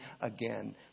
again